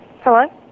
Hello